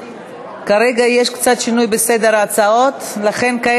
כרגע יש קצת שינוי בסדר ההצעות לכן כרגע